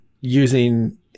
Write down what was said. using